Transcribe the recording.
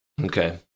okay